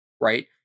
right